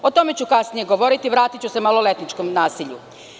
O tome ću kasnije govoriti, vratiću se maloletničkom nasilju.